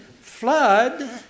flood